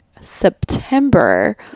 September